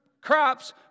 crops